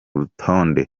rutonde